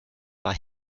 war